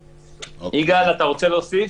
יגאל, אתה רוצה להוסיף?